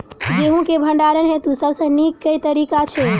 गेंहूँ केँ भण्डारण हेतु सबसँ नीक केँ तरीका छै?